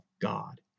God